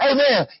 Amen